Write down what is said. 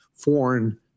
foreign